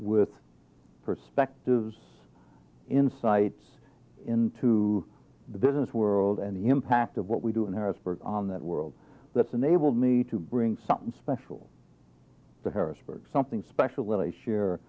with perspectives insights into the business world and the impact of what we do and harrisburg on that world that's enabled me to bring something special to harrisburg something special